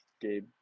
Gabe